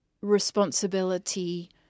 responsibility